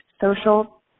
social